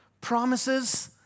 Promises